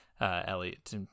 Elliot